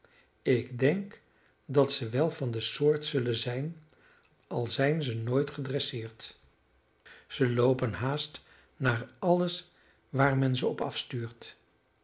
ik denk dat ze wel van de soort zullen zijn al zijn ze nooit gedresseerd zij loopen haast naar alles waar men ze op afstuurt